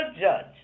judge